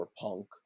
punk